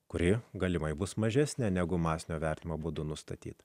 kuri galimai bus mažesnė negu masinio vertinimo būdu nustatyti